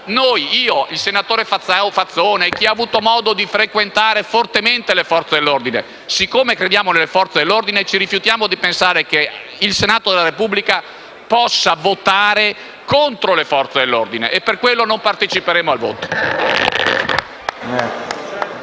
che io, il senatore Fazzone, chi ha avuto modo di frequentare fortemente le Forze dell'ordine, siccome in esse crediamo, ci rifiutiamo di pensare che il Senato della Repubblica possa votare contro di loro, e per questo non parteciperemo al voto.